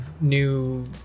new